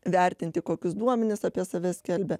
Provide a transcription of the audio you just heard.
vertinti kokius duomenis apie save skelbia